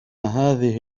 هذه